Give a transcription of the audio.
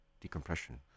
decompression